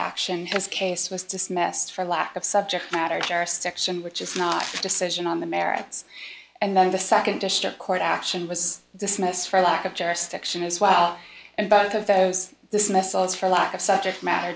action this case was dismissed for lack of subject matter jurisdiction which is not a decision on the merits and then the second district court action was dismissed for lack of jurisdiction as well and both of those this message is for lack of subject matter